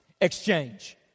exchange